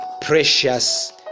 precious